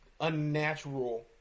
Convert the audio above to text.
unnatural